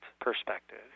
perspective